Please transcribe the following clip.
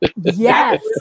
Yes